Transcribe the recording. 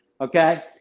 okay